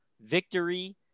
victory